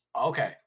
Okay